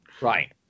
Right